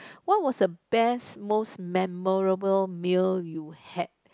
what was the best most memorable meal you had